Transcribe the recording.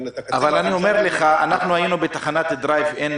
אבל אני אומר לך: היינו בתחנת דרייב אין